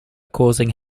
causing